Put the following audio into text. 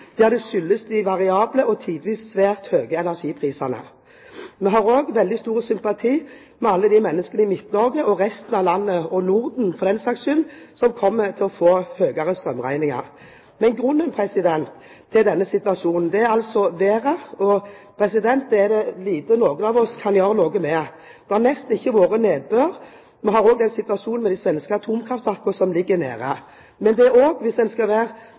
de variable og tidvis svært høye energiprisene. Vi har også veldig stor sympati med alle de menneskene i Midt-Norge og i resten av landet – og Norden for den saks skyld – som kommer til å få høyere strømregninger. Grunnen til denne situasjonen er været, og det er det lite noen av oss kan gjøre noe med. Det har nesten ikke vært nedbør. Vi har også en situasjon med de svenske atomkraftverkene som ligger nede. Hvis en skal være